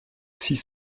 six